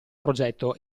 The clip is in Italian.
progetto